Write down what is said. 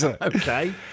okay